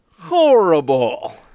horrible